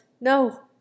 no